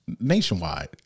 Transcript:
nationwide